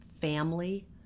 family